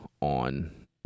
on